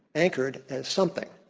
anchored as something.